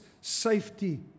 safety